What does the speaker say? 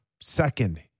second